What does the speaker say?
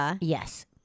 yes